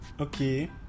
okay